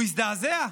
הוא הזדעזע,